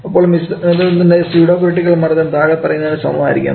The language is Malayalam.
അപ്പോൾ മിശ്രിതത്തിൻറെ സ്യൂഡോ ക്രിറ്റിക്കൽ മർദ്ദം താഴെ പറയുന്നതിനു സമമായിരിക്കും